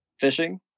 fishing